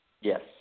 Yes